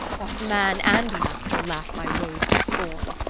whilst man and master laughs my woes to scorn.